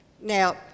Now